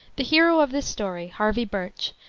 the hero of this story, harvey birch,